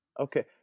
Okay